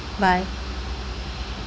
bye